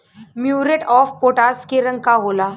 Muriate of potash के रंग का होला?